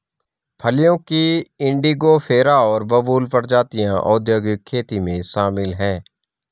फलियों की इंडिगोफेरा और बबूल प्रजातियां औद्योगिक खेती में शामिल हैं